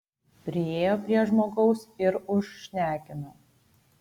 priėjo prie žmogaus ir užšnekino